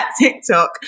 TikTok